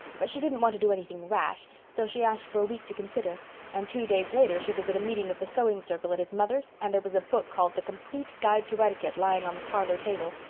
but she didn't want to do anything rash so she asked for a week to consider and two days later she was at a meeting of the sewing circle at his mother's and there was a book called the complete guide to etiquette lying on the parlor table.